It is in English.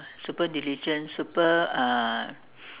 super diligent super uh